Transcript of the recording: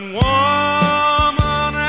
woman